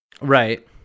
Right